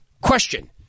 Question